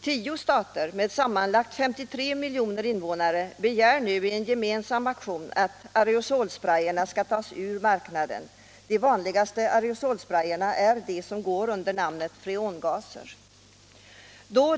Tio stater med sammanlagt 53 miljoner invånare begär nu i en gemensam aktion att areosolsprayerna skall tas ur marknaden. De vanligaste areosolsprayerna är de som går under namnet freongaser.